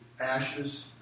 ashes